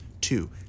Two